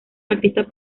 artistas